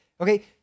Okay